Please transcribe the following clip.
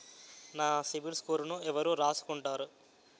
నా సిబిల్ స్కోరును ఎవరు రాసుకుంటారు